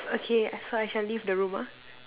okay so I shall leave the room ah